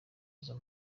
izo